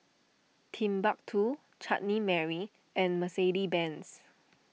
Timbuk two Chutney Mary and Mercedes Benz